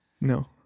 no